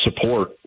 support